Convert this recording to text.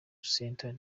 center